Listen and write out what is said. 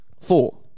Four